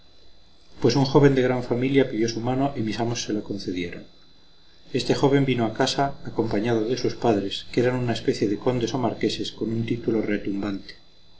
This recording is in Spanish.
pues un joven de gran familia pidió su mano y mis amos se la concedieron este joven vino a casa acompañado de sus padres que eran una especie de condes o marqueses con un título retumbante